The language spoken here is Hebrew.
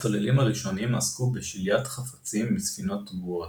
הצוללים הראשונים עסקו בשליית חפצים מספינות טבועות.